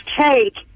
take